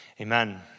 Amen